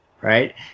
right